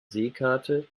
seekarte